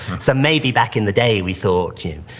so maybe, back in the day, we thought, you